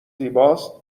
زیباست